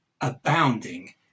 abounding